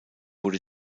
wurde